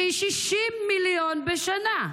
שהיא 60 מיליון שקלים בשנה?